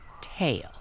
tail